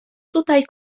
tutaj